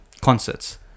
concerts